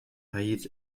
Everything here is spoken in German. hieß